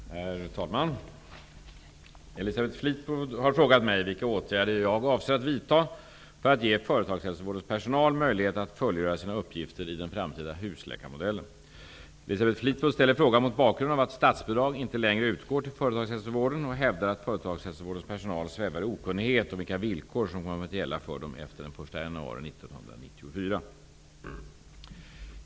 Herr talman! Elisabeth Fleetwood har frågat mig vilka åtgärder jag avser att vidta för att ge företagshälsovårdens personal möjlighet att fullgöra sina uppgifter i den framtida husläkarmodellen. Elisabeth Fleetwood ställer frågan mot bakgrund av att statsbidrag inte längre utgår till företagshälsovården och hävdar att företagshälsovårdens personal svävar i okunnighet om vilka villkor som kommer att gälla för dem efter den 1 januari 1994.